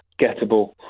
gettable